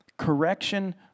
Correction